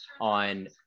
on